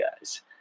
guys